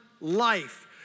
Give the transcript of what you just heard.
life